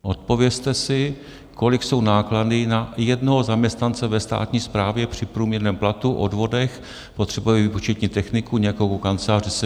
Odpovězte si, kolik jsou náklady na jednoho zaměstnance ve státní správě při průměrném platu, odvodech, potřebuje výpočetní techniku, nějakou kancelář, kde se vytápí.